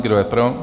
Kdo je pro?